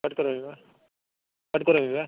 cut करोमि वा कट् करोमि वा